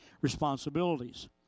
responsibilities